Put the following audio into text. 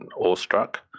awestruck